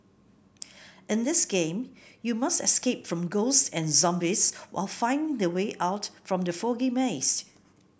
in this game you must escape from ghosts and zombies while finding the way out from the foggy maze